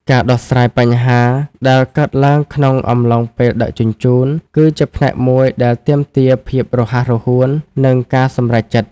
ការដោះស្រាយបញ្ហាដែលកើតឡើងក្នុងអំឡុងពេលដឹកជញ្ជូន គឺជាផ្នែកមួយដែលទាមទារភាពរហ័សរហួន និងការសម្រេចចិត្ត។